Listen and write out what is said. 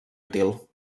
útil